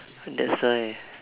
that's why